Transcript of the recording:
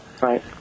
Right